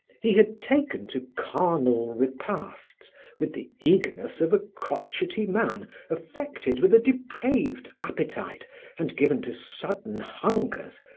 he had taken to carnal repasts with the eagerness of a crotchety man affected with a depraved appetite and given to sudden hungers,